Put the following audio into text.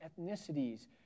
ethnicities